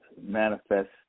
manifest